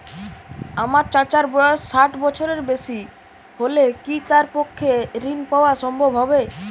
আমার চাচার বয়স ষাট বছরের বেশি হলে কি তার পক্ষে ঋণ পাওয়া সম্ভব হবে?